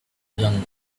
young